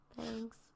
Thanks